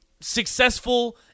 successful